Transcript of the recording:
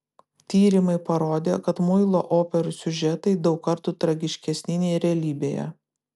tyrimai parodė kad muilo operų siužetai daug kartų tragiškesni nei realybėje